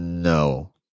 No